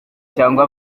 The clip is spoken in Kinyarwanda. cyangwa